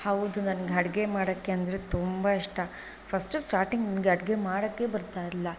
ಹೌದು ನಂಗೆ ಅಡಿಗೆ ಮಾಡೋಕ್ಕೆ ಅಂದರೆ ತುಂಬ ಇಷ್ಟ ಫಸ್ಟು ಸ್ಟಾರ್ಟಿಂಗ್ ನನಗೆ ಅಡಿಗೆ ಮಾಡೋಕ್ಕೆ ಬರ್ತಾಯಿರಲ್ಲ